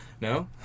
no